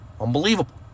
Unbelievable